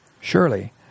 Surely